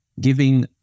giving